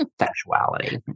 sexuality